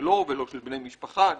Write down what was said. שלו ושל בני משפחתו.